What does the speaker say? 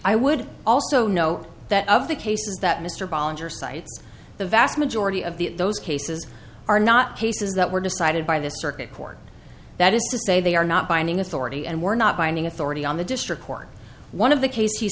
i would also note that of the cases that mr volunteer cites the vast majority of the those cases are not cases that were decided by the circuit court that is to say they are not binding authority and were not binding authority on the district court one of the case he